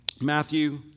Matthew